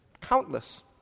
Countless